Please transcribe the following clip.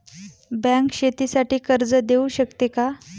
Bank शेतीसाठी कर्ज देऊ शकते का?